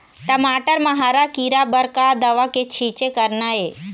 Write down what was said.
टमाटर म हरा किरा बर का दवा के छींचे करना ये?